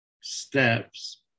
steps